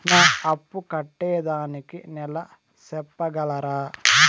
నా అప్పు కట్టేదానికి నెల సెప్పగలరా?